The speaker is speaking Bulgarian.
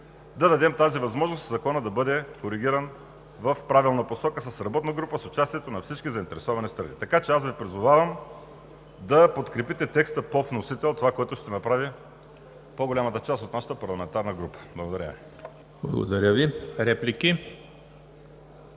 да дадем тази възможност Законът да бъде коригиран в правилна посока – с работна група, с участието на всички заинтересовани страни. Така че аз Ви призовавам да подкрепите текста по вносител – това, което ще направи по-голямата част от нашата парламентарна група. Благодаря Ви.